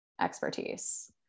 expertise